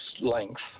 length